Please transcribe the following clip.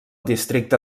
districte